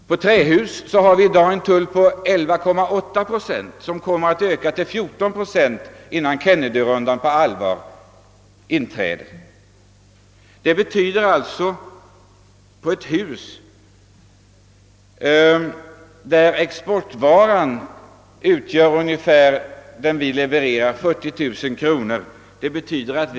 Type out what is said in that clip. På trähus har vi en tull på 11,8 procent, och den kommer att öka till 14 procent innan överenskommelserna från Kennedyrundan på allvar gör sig gällande. Detta betyder att vi på ett hus, för vilket exportvärdet uppgår till 40 000 kronor, betalar inte mindre än 6 000 kronor i tull vid export.